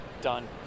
Done